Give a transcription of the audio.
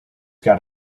got